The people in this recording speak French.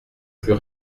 plus